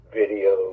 video